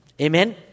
Amen